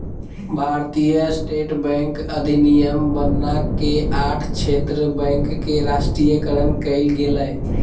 भारतीय State Bank अधिनियम बनना के आठ क्षेत्र बैंक के राष्ट्रीयकरण कइल गेलय